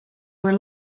were